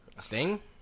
Sting